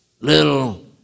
little